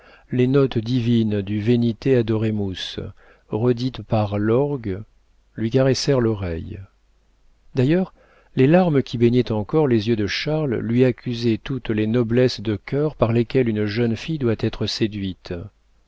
les notes divines du venite adoremus redites par l'orgue lui caressèrent l'oreille d'ailleurs les larmes qui baignaient encore les yeux de charles lui accusaient toutes les noblesses de cœur par lesquelles une jeune fille doit être séduite